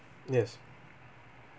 yes